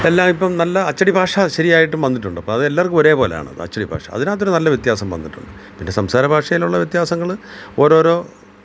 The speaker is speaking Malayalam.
എല്ലാം ഇപ്പം നല്ല അച്ചടി ഭാഷ ശരിയായിട്ടും വന്നിട്ടുണ്ട് അപ്പം അത് എല്ലാവര്ക്കും ഒരേ പോലെ ആണ് ഇപ്പം അച്ചടി ഭാഷ അതിനകത്ത് ഒരു നല്ല വ്യത്യാസം വന്നിട്ടുണ്ട് പിന്നെ സംസാര ഭാഷയിലുള്ള വ്യത്യാസങ്ങൾ ഓരോരോ